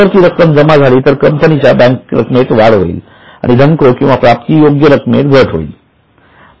जर ती रक्कम जमा झाली तर कंपनीच्या बँक रक्कमेत वाढ होईल आणि धनको किंवा प्राप्तियोग्य रक्कमेत घट होईल